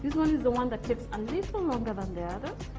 one is the one that takes a little longer than the other. it